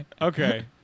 Okay